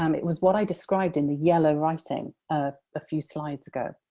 um it was what i described in the yellow writing a ah few slides ago.